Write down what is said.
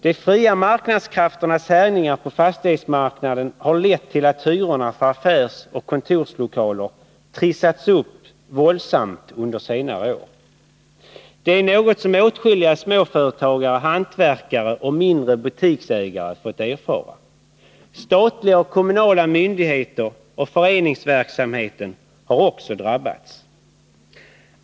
De fria marknadskrafternas härjningar på fastighetsmarknaden har lett till att hyrorna för affärsoch kontorslokaler trissats upp våldsamt under senare år. Det är något som åtskilliga småföretagare, hantverkare och mindre butiksägare fått erfara. Statliga och kommunala myndigheter och föreningsverksamheten har också drabbats.